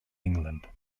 england